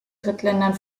drittländern